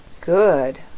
Good